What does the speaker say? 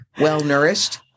well-nourished